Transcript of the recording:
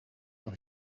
noch